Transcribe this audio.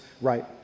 right